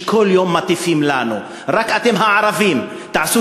שכל יום מטיפים לנו: רק אתם הערבים תעשו